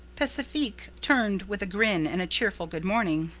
pacifique turned with a grin and a cheerful good morning.